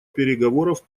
переговоров